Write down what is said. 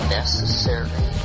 necessary